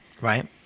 right